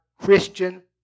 Christian